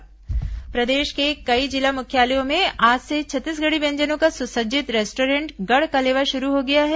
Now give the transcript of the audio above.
गढ़कलेवा प्रदेश के कई जिला मुख्यालयों में आज से छत्तीसगढ़ी व्यंजनों का सुसज्जित रेस्टॉरेंट गढ़कलेवा शुरू हो गया है